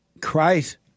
Christ